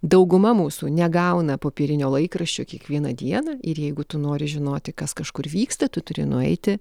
dauguma mūsų negauna popierinio laikraščio kiekvieną dieną ir jeigu tu nori žinoti kas kažkur vyksta tu turi nueiti